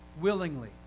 willingly